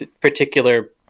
particular